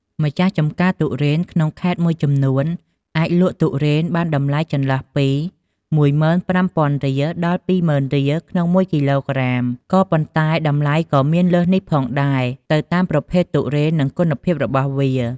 ម្ចាស់ចម្ការទុរេនក្នុងខេត្តមួយចំនួន អាចលក់ទុរេនបានតម្លៃចន្លោះពី ១៥០០០រៀល ដល់ ២ម៉ឺនរៀលក្នុងមួយគីឡូក្រាម ក៏ប៉ុន្តែតម្លៃក៏មានលើសនេះផងដែរ ទៅតាមប្រភេទទុរេន និងគុណភាពរបស់វា។